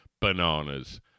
bananas